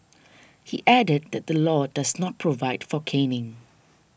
he added that the law does not provide for caning